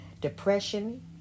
Depression